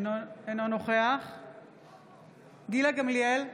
אינו נוכח גילה גמליאל,